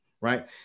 right